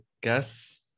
guess